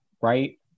right